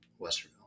Westerville